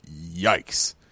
yikes